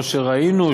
לא שראינו,